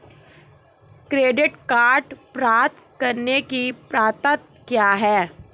Credit card प्राप्त करने की पात्रता क्या है?